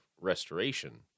restoration